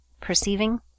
perceiving